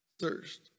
thirst